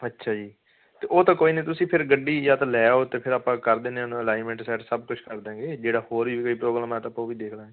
ਅੱਛਾ ਜੀ ਤੇ ਉਹ ਤਾਂ ਕੋਈ ਨੀ ਤੁਸੀਂ ਫੇਰ ਗੱਡੀ ਜਾਂ ਤਾਂ ਲੈ ਆਓ ਤੇ ਫੇਰ ਆਪਾਂ ਕਰ ਦਿੰਨੇ ਉਨ੍ਹਾਂ ਦਾ ਅਲਾਈਨਮੈਂਟ ਸੈੱਟ ਸਭ ਕੁਛ ਕਰ ਦਾਂਗੇ ਜਿਹੜਾ ਹੋਰ ਵੀ ਕੋਈ ਪ੍ਰੋਬਲਮ ਐ ਤਾਂ ਆਪਾਂ ਉਹ ਵੀ ਦੇਖ ਲਾਂਗੇ